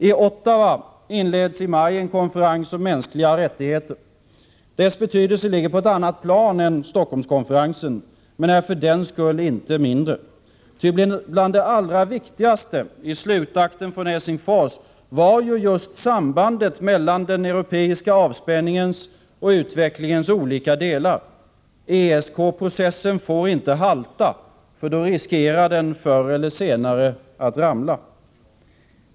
I Ottowa inleds i maj en konferens om mänskliga rättigheter. Dess betydelse ligger på ett annat plan än Stockholmskonferensens, men betydelsen är för den skull icke mindre. Bland det allra viktigaste i slutakten från Helsingfors var ju just sambandet mellan den europiska avspänningens och utvecklingens olika delar. ESK-processen får inte halta, för då riskerar den förr eller senare att ramla.